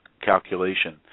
calculation